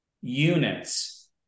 units